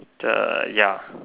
err ya